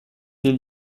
des